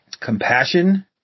Compassion